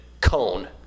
cone